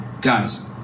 guys